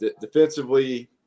Defensively